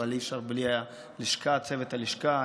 אבל אי-אפשר בלי צוות הלשכה,